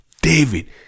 David